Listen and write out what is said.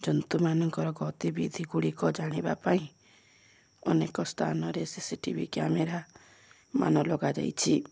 ଜନ୍ତୁମାନଙ୍କର ଗତିବିଧି ଗୁଡ଼ିକ ଜାଣିବା ପାଇଁ ଅନେକ ସ୍ଥାନରେ C C T V camera ମାନ ଲଗାଯାଇଛି